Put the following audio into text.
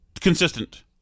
Consistent